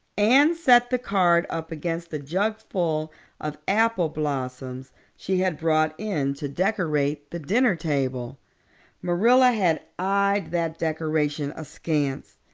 anne set the card up against the jugful of apple blossoms she had brought in to decorate the dinner-table marilla had eyed that decoration askance,